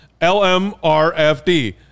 LMRFD